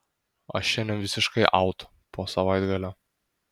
aš šiandien visiškai aut po savaitgalio